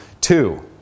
Two